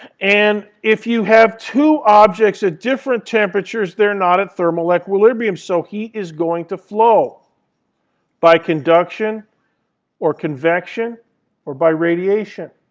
and if you have two objects at different temperatures, they're not at thermal equilibrium, so heat is going to flow by conduction or convection or by radiation.